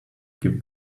give